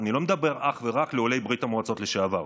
אני לא מדבר אך ורק על עולי ברית המועצות לשעבר,